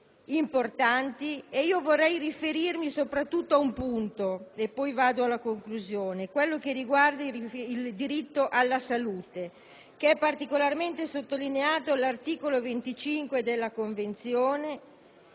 importanti e vorrei riferirmi soprattutto ad un punto, prima di concludere, quelloche riguarda il diritto alla salute, che è particolarmente sottolineato all'articolo 25 della Convenzione.